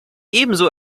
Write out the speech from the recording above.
ebenso